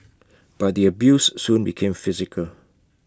but the abuse soon became physical